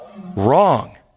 wrong